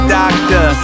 doctor